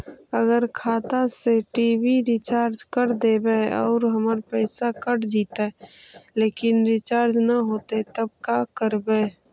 अगर खाता से टी.वी रिचार्ज कर देबै और हमर पैसा कट जितै लेकिन रिचार्ज न होतै तब का करबइ?